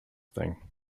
thing